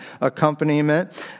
accompaniment